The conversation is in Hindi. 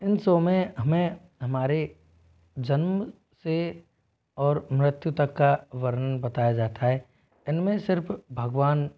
इन शो में हमे हमारे जन्म से और मृत्यु तक का वर्णन बताया जाता है इनमें सिर्फ भगवान